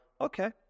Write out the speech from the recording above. Okay